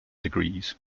degrees